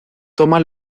toma